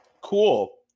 cool